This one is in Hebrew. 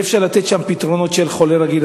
אי-אפשר לתת שם פתרונות של חולי רגיל,